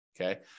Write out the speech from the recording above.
okay